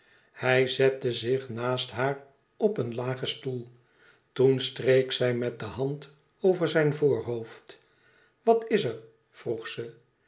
hij zette zich naast haar op een lagen stoel toen streek zij met de hand over zijn voorhoofd wat is er vroeg ze